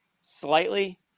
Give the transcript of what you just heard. slightly